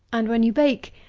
and, when you bake,